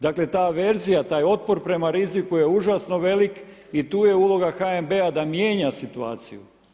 Dakle ta averzija, taj otpor prema riziku je užasno velik i tu je uloga HNB-a da mijenja situaciju.